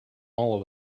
all